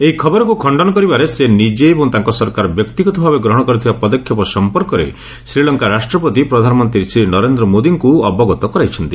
ଏହି ଖବରକୁ ଖଶ୍ଚନ କରିବାରେ ସେ ନିଜେ ଏବଂ ତାଙ୍କ ସରକାର ବ୍ୟକ୍ତିଗତ ଭାବେ ଗ୍ରହଣ କରିଥିବା ପଦକ୍ଷେପ ସଫପର୍କରେ ଶ୍ରୀଲଙ୍କା ରାଷ୍ଟ୍ରପତି ପ୍ରଧାନମନ୍ତ୍ରୀ ଶ୍ରୀ ମୋଦିଙ୍କୁ ଅବଗତ କରାଇଛନ୍ତି